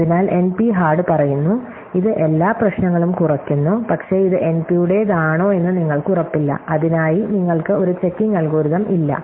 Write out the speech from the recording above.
അതിനാൽ NP hard പറയുന്നു ഇത് എല്ലാ പ്രശ്നങ്ങളും കുറയ്ക്കുന്നു പക്ഷേ ഇത് എൻപിയുടേതാണോ എന്ന് നിങ്ങൾക്ക് ഉറപ്പില്ല അതിനായി നിങ്ങൾക്ക് ഒരു ചെക്കിംഗ് അൽഗോരിതം ഇല്ല